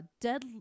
dead